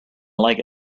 like